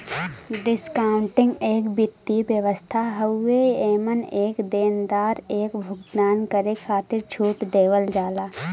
discounting एक वित्तीय व्यवस्था हउवे एमन एक देनदार एक भुगतान करे खातिर छूट देवल जाला